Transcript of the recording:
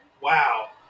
Wow